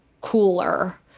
cooler